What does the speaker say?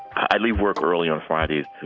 i leave work early on fridays